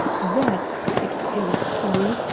that, explained kinney,